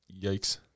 Yikes